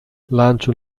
lancia